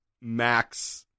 Max